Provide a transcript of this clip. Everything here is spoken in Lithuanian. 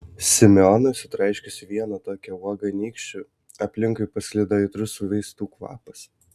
simeonui sutraiškius vieną tokią uogą nykščiu aplinkui pasklido aitrus vaistų kvapas